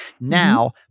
Now